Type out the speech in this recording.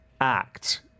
act